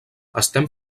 estem